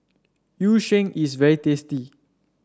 Yu Sheng is very tasty